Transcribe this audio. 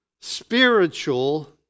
spiritual